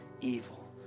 evil